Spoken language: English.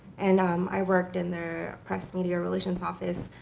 and um i worked in their press media relations office,